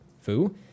foo